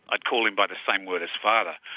i'd call him by the same word as father.